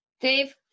Dave